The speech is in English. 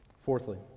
Fourthly